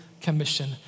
Commission